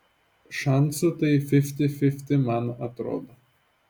šansų tai fifty fifty man atrodo